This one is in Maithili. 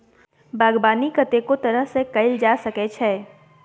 बागबानी कतेको तरह सँ कएल जा सकै छै